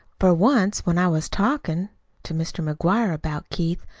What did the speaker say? for once, when i was talkin' to mr. mcguire about keith,